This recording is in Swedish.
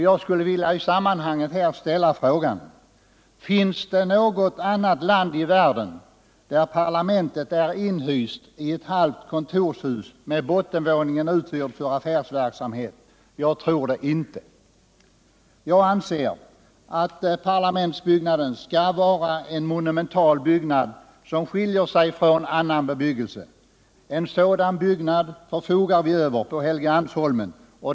Jag skulle vilja i sammanhanget ställa frågan: Finns det något annat land i världen där parlamentet är inhyst i ett halvt kontorshus med bottenvåningen uthyrd för affärsverksamhet? Jag tror det inte. Jag anser att parlamentsbyggnaden skall vara en monumental byggnad. som skiljer sig från annan bebyggelse. En sådan byggnad förfogar vi över på Helgeandsholmen.